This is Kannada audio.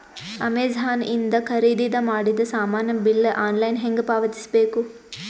ಅಮೆಝಾನ ಇಂದ ಖರೀದಿದ ಮಾಡಿದ ಸಾಮಾನ ಬಿಲ್ ಆನ್ಲೈನ್ ಹೆಂಗ್ ಪಾವತಿಸ ಬೇಕು?